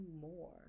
more